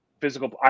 physical –